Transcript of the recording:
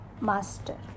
master